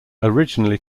originally